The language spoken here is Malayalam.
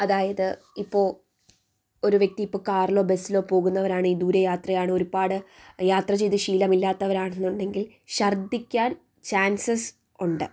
അതായത് ഇപ്പോൾ ഒരു വ്യക്തി ഇപ്പോൾ കാറിലോ ബസ്സിലോ പോകുന്നവരാണ് ഈ ദൂരെ യാത്രയാണ് ഒരുപാട് യാത്ര ചെയ്ത് ശീലമില്ലാത്തവരാണെന്നുണ്ടെങ്കിൽ ചർദ്ദിക്കാൻ ചാൻസസ് ഉണ്ട്